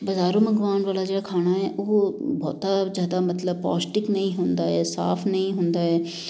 ਬਾਜ਼ਾਰੋਂ ਮੰਗਵਾਉਣ ਵਾਲਾ ਜਿਹੜਾ ਖਾਣਾ ਹੈ ਉਹ ਬਹੁਤਾ ਜ਼ਿਆਦਾ ਮਤਲਬ ਪੌਸ਼ਟਿਕ ਨਹੀਂ ਹੁੰਦਾ ਜਾਂ ਸਾਫ ਨਹੀਂ ਹੁੰਦਾ ਹੈ